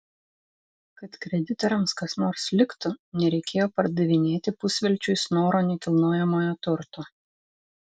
kad kreditoriams kas nors liktų nereikėjo pardavinėti pusvelčiui snoro nekilnojamojo turto